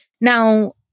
Now